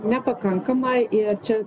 nepakankama ir čia